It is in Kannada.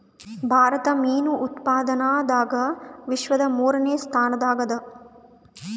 ಭಾರತ ಮೀನು ಉತ್ಪಾದನದಾಗ ವಿಶ್ವದ ಮೂರನೇ ಸ್ಥಾನದಾಗ ಅದ